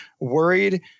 worried